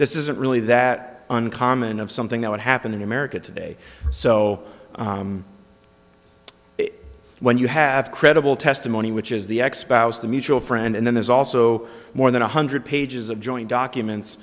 this isn't really that uncommon of something that would happen in america today so when you have credible testimony which is the expo's the mutual friend and then there's also more than one hundred pages of joint documents